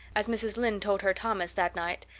as mrs. lynde told her thomas that night.